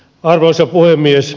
arvoisa puhemies